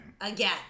Again